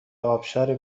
ابشار